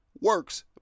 works